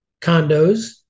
condos